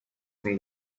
from